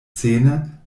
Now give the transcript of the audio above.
zähne